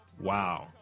Wow